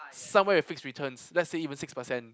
somewhere with fixed returns let's say even six percent